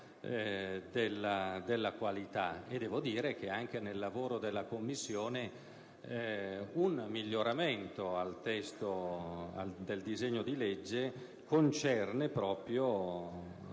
della qualità. Anche nel lavoro della Commissione un miglioramento al testo del disegno di legge concerne proprio,